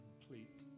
complete